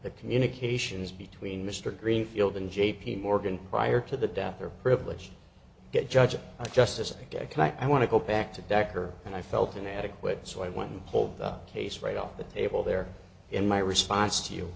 the communications between mr greenfield and j p morgan prior to the death are privileged get judged by justice can i want to go back to decker and i felt inadequate so i went and pulled the case right off the table there in my response